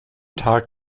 tag